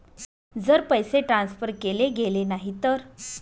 जर पैसे ट्रान्सफर केले गेले नाही तर?